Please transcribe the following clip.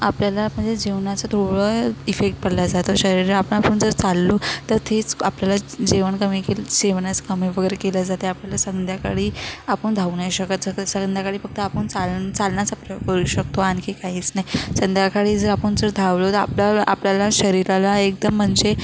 आपल्याला म्हणजे जेवणाचं थोडं इफेक्ट पडला जातो शरीर आपण आपण जर चाललो तर तेच आपल्याला जेवण कमी के जेवणाचं कमी वगैरे केले जाते आपल्याला संध्याकाळी आपण धावू नाही शकत सक संध्याकाळी फक्त आपण चाल चालण्याचा प्र करू शकतो आणखी काहीच नाही संध्याकाळी जर आपण जर धावलो तर आपल्या आपल्याला शरीराला एकदम म्हणजे